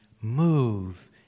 move